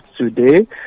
today